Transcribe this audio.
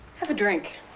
have a drink,